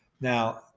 Now